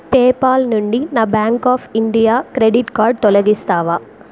PayPal నుండి నా bank of India credit card తొలగిస్తావా